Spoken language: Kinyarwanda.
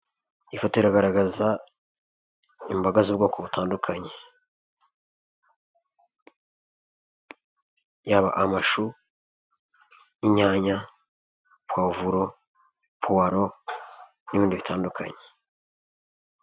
Iyi foto iragaragaza imboga z'ubwoko butandukanye, yaba: amashu, inyanya, puwavuro, puwaro n'ibindi bitandukanye.